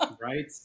Right